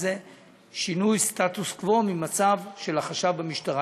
שינוי סטטוס קוו במצב של החשב במשטרה.